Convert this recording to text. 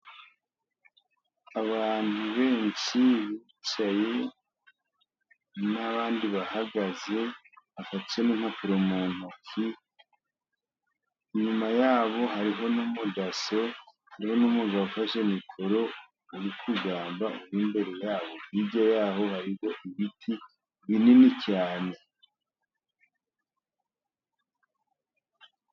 Abantu benshi bicaye, n'abandi bahagaze, bafashe ni mpapuro muntoki, inyuma yabo hariho nu mudaso, hariho n'umugabo ufashe mikoro, uri kugamba uri imbere yabo, hirya yaho hariho ibiti binini cyane.